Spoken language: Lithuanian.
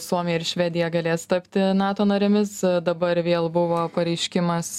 suomija ir švedija galės tapti nato narėmis dabar vėl buvo pareiškimas